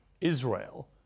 Israel